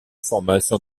formation